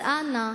אז אנא,